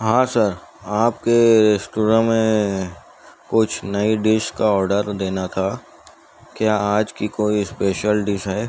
ہاں سر آپ کے ریسٹوراں میں کچھ نئی ڈش کا آڈر دینا تھا کیا آج کی کوئی اسپیشل ڈش ہے